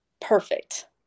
perfect